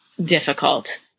difficult